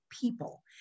people